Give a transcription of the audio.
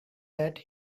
that